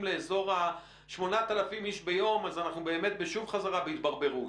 לאזור ה-8,000 איש ביום אז אנחנו באמת שוב בחזרה בהתברברות,